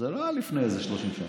זה לא היה לפני איזה 30 שנה.